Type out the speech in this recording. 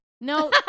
No